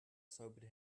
sobered